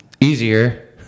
easier